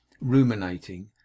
ruminating